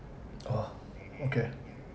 oh okay